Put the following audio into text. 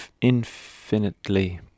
infinitely